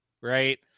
right